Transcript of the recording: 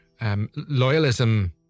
loyalism